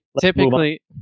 typically